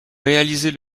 réaliser